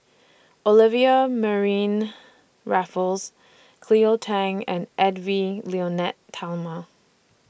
Olivia Mariamne Raffles Cleo Thang and Edwy Lyonet Talma